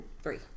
three